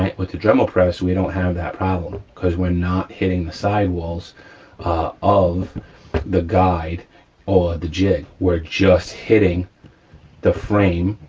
with the dremel press, we don't have that problem because we're not hitting the sidewalls of the guide or the jig where it's just hitting the frame,